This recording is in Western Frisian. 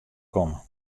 komme